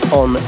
on